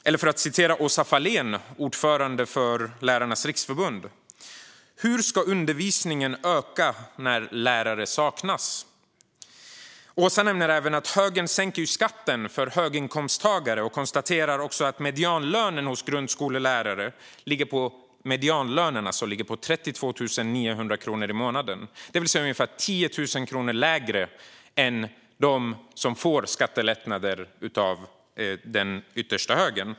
Låt mig citera Åsa Fahlén, ordförande för Lärarnas Riksförbund: "Hur ska undervisningen öka när lärare saknas?" Hon nämner även att högern sänker skatten för höginkomsttagare men konstaterar att medianlönen bland grundskollärare ligger på 32 900 kronor i månaden, det vill säga ungefär 10 000 kronor lägre än vad som krävs för att få skattelättnader av den yttersta högern.